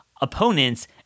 opponents